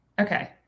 Okay